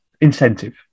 incentive